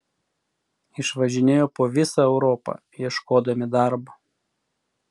išvažinėjo po visą europą ieškodami darbo